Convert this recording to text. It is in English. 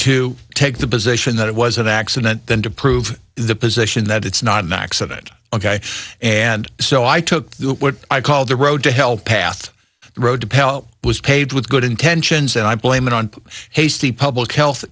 to take the position that it was an accident than to prove the position that it's not an accident ok and so i took what i call the road to hell path the road to pelt was paved with good intentions and i blame it on hasty public health